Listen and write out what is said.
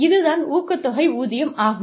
இது தான் ஊக்கத்தொகை ஊதியம் ஆகும்